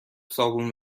صابون